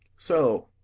so,